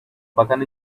bakanın